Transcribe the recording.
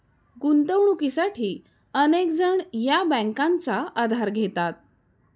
गुंतवणुकीसाठी अनेक जण या बँकांचा आधार घेतात